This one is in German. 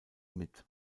mit